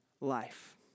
life